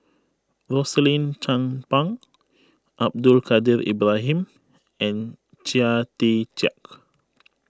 Rosaline Chan Pang Abdul Kadir Ibrahim and Chia Tee Chiak